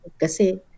Kasi